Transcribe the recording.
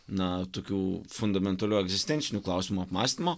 na tokių fundamentalių egzistencinių klausimų apmąstymo